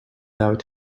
out